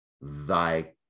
thy